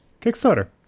Kickstarter